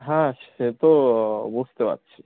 হ্যাঁ সে তো বুঝতে পারছি